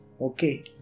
Okay